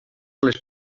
les